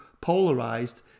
polarized